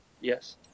Yes